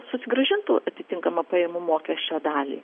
susigrąžintų atitinkamą pajamų mokesčio dalį